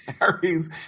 Harry's